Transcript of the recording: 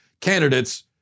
candidates